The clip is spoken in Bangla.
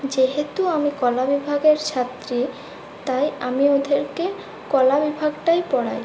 যেহেতু আমি কলাবিভাগের ছাত্রী তাই আমি ওদেরকে কলা বিভাগটাই পড়াই